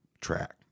track